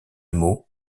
mot